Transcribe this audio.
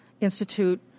Institute